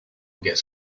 gets